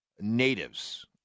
natives